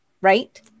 right